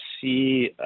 see